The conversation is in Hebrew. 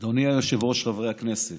אדוני היושב-ראש, חברי הכנסת,